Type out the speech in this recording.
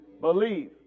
Believe